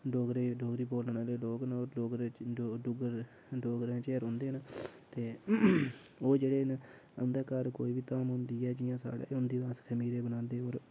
डोगरे डोगरी बोलने आह्ले लोग न डोगरे डुग्गर डोगरे च रौहंदे न ते ओह् जेह्डे़ न उं'दे घर कोई बी धाम होंदी ऐ जि'यां साढ़े गै होंदी अस खमीरे बनांदे होर